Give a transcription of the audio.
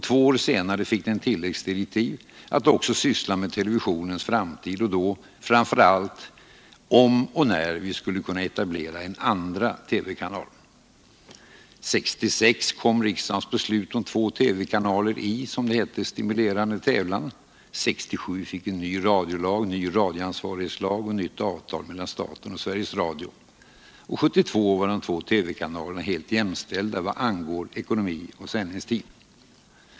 Två år senare fick den tilläggsdirektiv att också syssla med TV:s framtid och då framför allt om och när vi skulle kunna etablera en andra TV-kanal. År 1966 kom riksdagens beslut om två TV-kanaler i ”stimulerande tävlan”. 1967 fick vi en ny radiolag, en ny radioansvarighetslag och ett nytt avtal mellan staten och Sveriges Radio, och 1972 var de två radiokanalerna helt jämställda vad angår ekonomi och sändningstid.